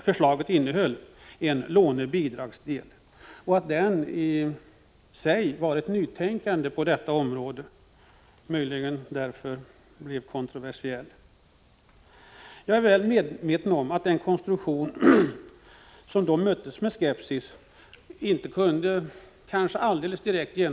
Förslaget innehöll en låne/bidragsdel, något som i sig innebar ett nytänkande på området och möjligen därför blev kontroversiellt. Jag är väl medveten om att den konstruktionen, som då möttes med skepsis, inte kunde genomföras alldeles direkt.